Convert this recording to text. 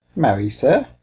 marry, sir,